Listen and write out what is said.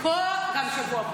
כל השבוע.